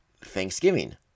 Thanksgiving